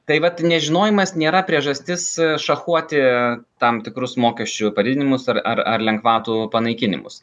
tai vat nežinojimas nėra priežastis šachuoti tam tikrus mokesčių padidinimus ar ar ar lengvatų panaikinimus